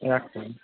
রাখলাম